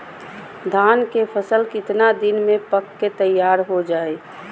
धान के फसल कितना दिन में पक के तैयार हो जा हाय?